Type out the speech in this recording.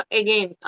again